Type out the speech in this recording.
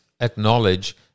acknowledge